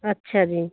ਅੱਛਾ ਜੀ